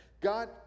God